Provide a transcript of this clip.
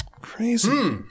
Crazy